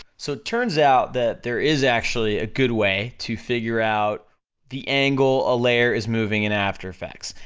so it turns out that there is actually a good way to figure out the angle a layer is moving in after effects.